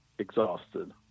Exhausted